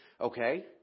Okay